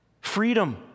Freedom